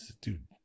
Dude